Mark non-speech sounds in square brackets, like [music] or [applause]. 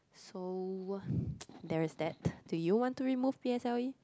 so [noise] there is that do you want to remove p_s_l_e